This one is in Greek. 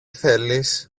θέλεις